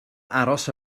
aros